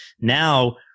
Now